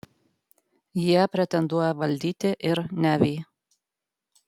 jie pretenduoja valdyti ir nevį